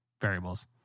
variables